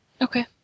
Okay